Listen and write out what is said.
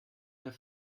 der